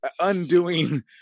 undoing